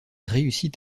réussit